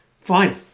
fine